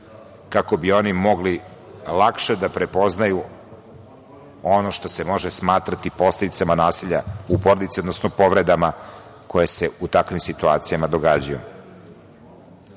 kako bi oni mogli lakše da prepoznaju ono što se može smatrati posledicama nasilja u porodici, odnosno povredama koje se u takvim situacijama događaju. Deca